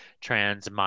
trans